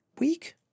week